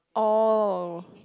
oh